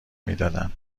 میدادن